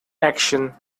action